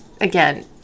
again